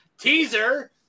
teaser